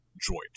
joint